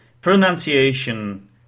pronunciation